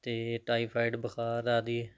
ਅਤੇ ਟਾਈਫਾਇਡ ਬੁਖਾਰ ਆਦਿ